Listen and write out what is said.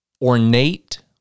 ornate